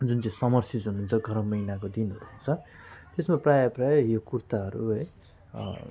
जुन चाहिँ summer season हुन्छ गरम महिनाको दिन हुन्छ त्यसमा प्रायः प्रायः यो कुर्ताहरू है